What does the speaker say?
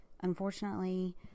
Unfortunately